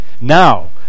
Now